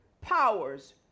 powers